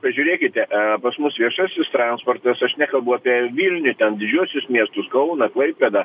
pažiūrėkite pas mus viešasis transportas aš nekalbu apie vilniuj ten didžiuosius miestus kauną klaipėdą